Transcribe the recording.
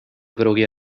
wrogie